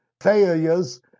failures